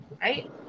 Right